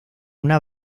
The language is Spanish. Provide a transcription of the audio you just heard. una